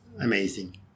amazing